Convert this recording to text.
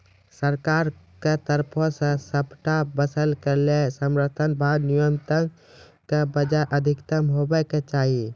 सरकारक तरफ सॅ सबटा फसलक लेल समर्थन भाव न्यूनतमक बजाय अधिकतम हेवाक चाही?